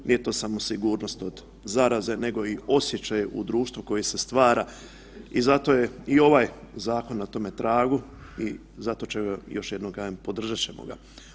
Nije to samo sigurnost od zaraze nego i osjećaja u društvu koji se stvara i zato je i ovaj zakon na tome tragu i zato ćemo ga još jednom kažem podržat ćemo ga.